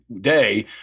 day